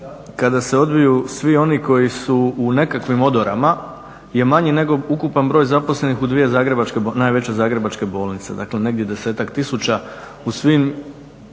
kada se odbiju svi oni koji su u nekakvim odorama je manji nego ukupan broj zaposlenih u 2 najveće zagrebačke bolnice, dakle negdje 10-ak tisuća u svim,